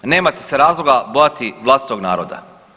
Nemate se razloga bojati vlastitog naroda.